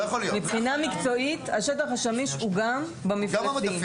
מבחינה מקצועית השטח השמיש הוא גם במדפים.